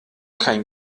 kein